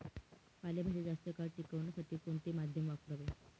पालेभाज्या जास्त काळ टिकवण्यासाठी कोणते माध्यम वापरावे?